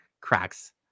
cracks